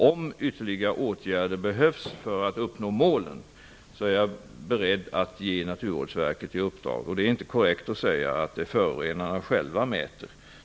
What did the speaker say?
Om ytterligare åtgärder behövs för att uppnå målen är jag beredd att ge Naturvårdsverket ett sådant uppdrag. Det är inte korrekt att säga att det är förorenarna själva som genomför kontroller.